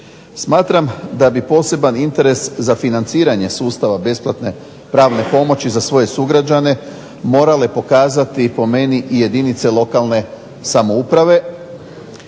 Smatram da bi poseban interes za financiranje sustava besplatne pravne pomoći za svoje sugrađane morale pokazati po meni i jedinice lokalne samouprave,